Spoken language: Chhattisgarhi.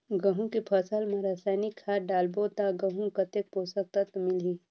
गंहू के फसल मा रसायनिक खाद डालबो ता गंहू कतेक पोषक तत्व मिलही?